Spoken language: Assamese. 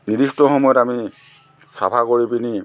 নিৰ্দিষ্ট সময়ত আমি চাফা কৰি পিনি